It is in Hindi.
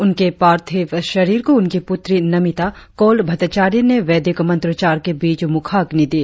उनके पार्थिव शरीर को उनकी पुत्री नमिता कौल भट्टाचार्य ने वैदिक मंत्रोच्चार के बीच मुखाग्नि दी